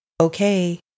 Okay